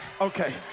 okay